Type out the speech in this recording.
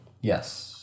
Yes